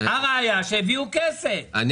הם התחייבו כאן שהם ישוו את זה לשירותי חינוך,